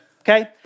okay